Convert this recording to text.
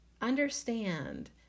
understand